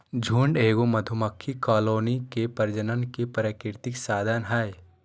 झुंड एगो मधुमक्खी कॉलोनी के प्रजनन के प्राकृतिक साधन हइ